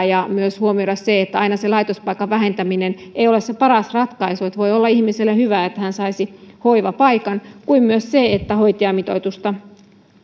ja huomioidaan myös se että aina se laitospaikan vähentäminen ei ole se paras ratkaisu voi olla ihmiselle hyvä että hän saisi hoivapaikan kuten myös se että hoitajamitoitusta